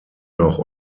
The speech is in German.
noch